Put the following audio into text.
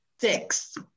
Six